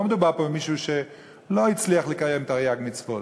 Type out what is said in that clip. לא מדובר פה במישהו שלא הצליח לקיים תרי"ג מצוות,